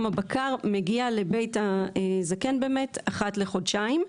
הבקר מגיע לבית הזקן באמת אחת לחודשיים,